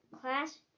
Class